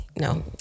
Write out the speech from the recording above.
No